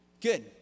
Good